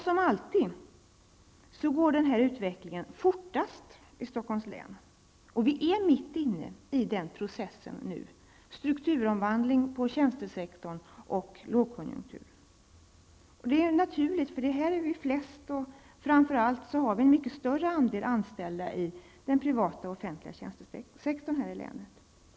Som alltid går utvecklingen fortast i Stockholms län, och vi är nu mitt inne i den här processen -- strukturomvandling på tjänstesektorn och lågkonjunktur. Det är naturligt, för det är här vi är flest, och framför allt har vi en mycket större andel anställda i den privata och offentliga tjänstesektorn här i länet än man har i andra län.